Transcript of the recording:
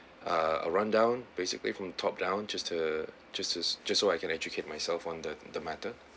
uh rundown basically from top down just to just to just so I can educate myself on that the matter